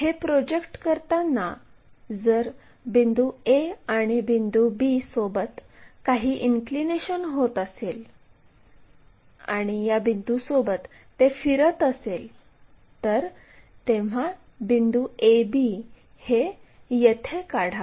हे प्रोजेक्ट करताना जर बिंदू A आणि बिंदू B सोबत काही इन्क्लिनेशन होत असेल आणि या बिंदूसोबत ते फिरत असेल तर तेव्हा बिंदू a b हे येथे काढावे